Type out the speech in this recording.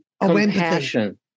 compassion